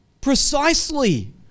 precisely